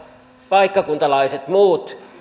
paikkakuntalaiset muut